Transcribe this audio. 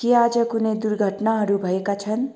के आज कुनै दुर्घटनाहरू भएका छन्